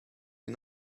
you